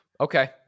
Okay